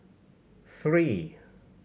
three